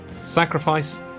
sacrifice